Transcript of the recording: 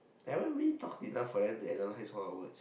haven't we talked enough for them to analyze all our words